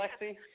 Alexi